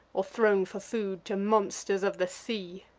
or thrown for food to monsters of the sea.